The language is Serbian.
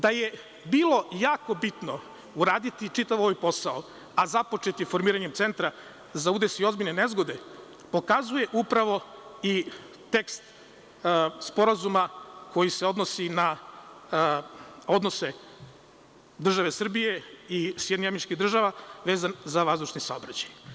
Da je bilo jako bitno uraditi čitav ovaj posao, a započet je formiranjem Centra za udese i ozbiljne nezgode, pokazuje upravo i tekst sporazuma koji se odnosi na odnose države Srbije i SAD vezan za vazdušni saobraćaj.